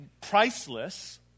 priceless